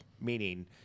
Meaning